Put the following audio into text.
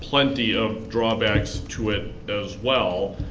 plenty of drawbacks to it as well,